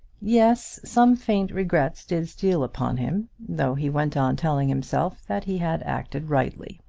yes some faint regrets did steal upon him, though he went on telling himself that he had acted rightly.